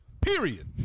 Period